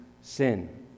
sin